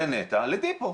לנת"ע לדיפו.